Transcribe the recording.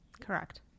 Correct